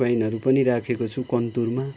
कोइनहरू पनि राखेको छु कन्तुरमा